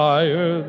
Higher